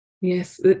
yes